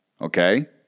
okay